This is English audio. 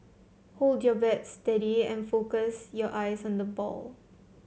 hold your bat steady and focus your eyes on the ball